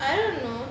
I don't know